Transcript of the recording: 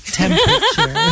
temperature